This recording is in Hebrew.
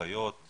אחיות,